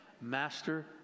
Master